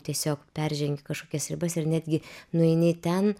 tiesiog peržengi kažkokias ribas ir netgi nueini ten